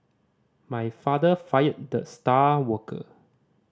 my father fired the star worker